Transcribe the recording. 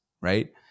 right